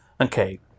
Okay